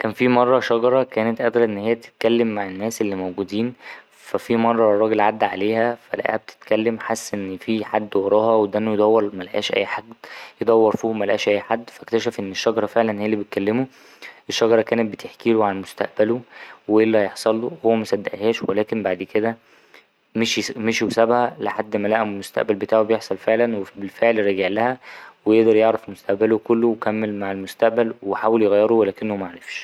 كان فيه مرة شجرة كانت قادرة إن هي تتكلم مع الناس اللي موجودين فا في مرة راجل عدا عليها فا لاقها بتتكلم حس إن فيه حد وراها وتنوا يدور وملقاش أي يدور فوق وملقاش أي حد فا أكتشف إن الشجرة فعلا هي اللي بتكلمه الشجرة كانت بتحكيله عن مستقبله وايه اللي هيحصله وهو مصدقهاش ولكن بعد كده مشي وسابها لحد ما لقى المستقبل بتاعه بيحصل فعلا وبالفعل رجعلها وقدر يعرف مستقبله كله وكمل مع المستقبل وحاول يغيره ولكنه معرفش.